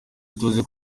ituze